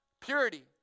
Purity